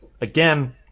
again